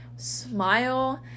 smile